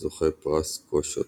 זוכה פרס קושוט,